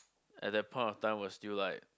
at that point of time was still like